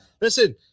Listen